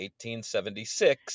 1876